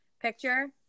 picture